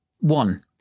One